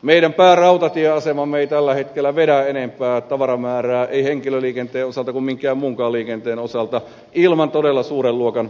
meidän päärautatieasemamme ei tällä hetkellä vedä enempää ei henkilöliikenteen osalta eikä minkään muunkaan liikenteen osalta ilman todella suuren luokan investointeja